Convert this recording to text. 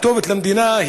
הכתובת של המדינה,